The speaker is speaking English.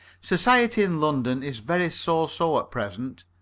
society in london is very so-so at present,